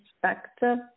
perspective